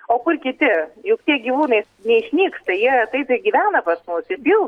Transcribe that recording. o kur kiti juk tie gyvūnais neišnyksta jie taip ir gyvena pas mus ir pildosi